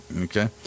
Okay